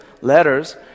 letters